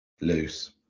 loose